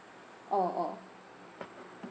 oh oh